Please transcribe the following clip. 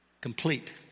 Complete